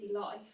life